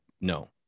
no